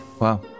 Wow